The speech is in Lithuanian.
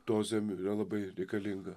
dozėm yra labai reikalinga